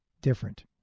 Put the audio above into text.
different